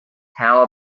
how